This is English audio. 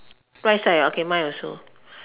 right side okay mine also